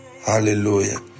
Hallelujah